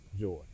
joy